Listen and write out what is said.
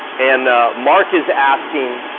and mark is asking,